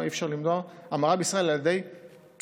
אי-אפשר למנוע המרה בישראל על ידי פסיכולוגים.